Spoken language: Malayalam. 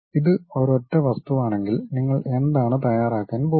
ഇത് ഒരൊറ്റ വസ്തുവാണെങ്കിൽ നിങ്ങൾ എന്താണ് തയ്യാറാക്കാൻ പോകുന്നത്